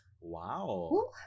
wow